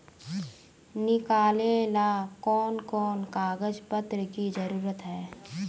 निकाले ला कोन कोन कागज पत्र की जरूरत है?